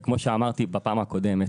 וכמו שאמרתי בפעם הקודמת,